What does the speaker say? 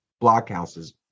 blockhouses